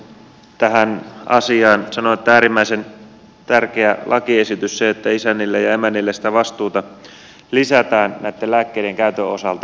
tähän asiaan sanon että on äärimmäisen tärkeä lakiesitys se että isännille ja emännille sitä vastuuta lisätään lääkkeidenkäytön osalta